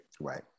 Right